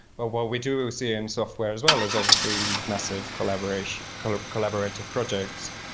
but what we do see in software as well is obviously these massive collaborative kind of collaborative projects,